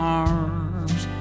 arms